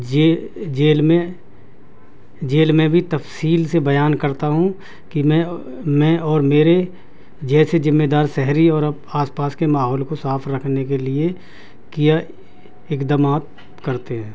جے ذیل میں ذیل میں بھی تفصیل سے بیان کرتا ہوں کہ میں میں اور میرے جیسے ذمے دار شہری اور آس پاس کے ماحول کو صاف رکھنے کے لیے کیا اقدامات کرتے ہیں